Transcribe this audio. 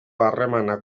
harremanak